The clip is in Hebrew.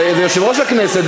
זה יושב-ראש הכנסת,